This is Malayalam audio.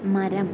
മരം